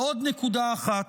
ועוד נקודה אחת.